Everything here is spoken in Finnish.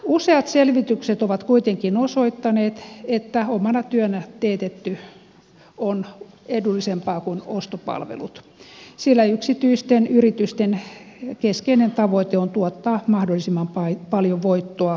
useat selvitykset ovat kuitenkin osoittaneet että omana työnä teetetty on edullisempaa kuin ostopalvelut sillä yksityisten yritysten keskeinen tavoite on tuottaa mahdollisimman paljon voittoa omistajilleen